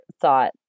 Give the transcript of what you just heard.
thought